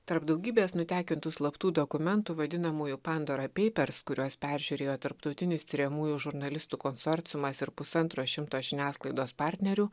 tarp daugybės nutekintų slaptų dokumentų vadinamųjų pandora peipers kuriuos peržiūrėjo tarptautinis tiriamųjų žurnalistų konsorciumas ir pusantro šimto žiniasklaidos partnerių